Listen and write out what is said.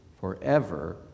forever